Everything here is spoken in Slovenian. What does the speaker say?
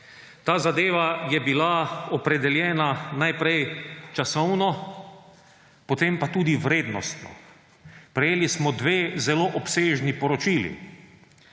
Ta zadeva je bila opredeljena najprej časovno, potem pa tudi vrednostno. Prejeli smo dve zelo obsežni poročili,